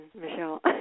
Michelle